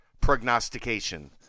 prognostication